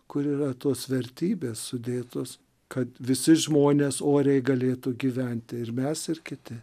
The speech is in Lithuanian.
kur yra tos vertybės sudėtos kad visi žmonės oriai galėtų gyventi ir mes ir kiti